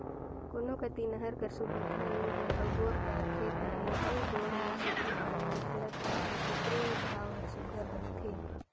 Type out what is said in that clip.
कोनो कती नहर कर सुबिधा नी हे अउ बोर दार खेत अहे अउ बोर में सुग्घर पानी हिंकलत अहे तेकरो भाव हर सुघर रहथे